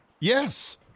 Yes